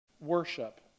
Worship